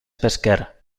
pesquer